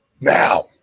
Now